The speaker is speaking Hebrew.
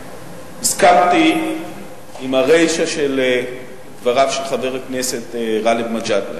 הסכמתי עם הרישא של דבריו של חבר הכנסת גאלב מג'אדלה: